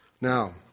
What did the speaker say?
Now